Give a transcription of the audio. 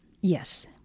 Yes